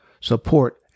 support